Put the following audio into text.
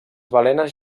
balenes